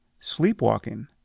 sleepwalking